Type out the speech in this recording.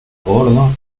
bordo